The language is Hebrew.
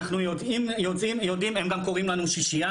הם גם קוראים לנו "שישייה",